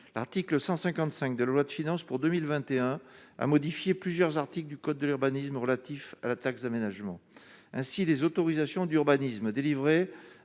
l'article 155 de la loi de finances pour 2021 à modifier plusieurs articles du code de l'urbanisme relatif à la taxe d'aménagement ainsi les autorisations d'urbanisme délivrées